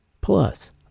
Plus